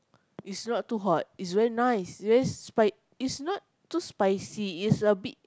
it's not too hot it's very nice very spi~ it's not too spicy it's a bit